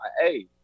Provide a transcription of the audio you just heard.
hey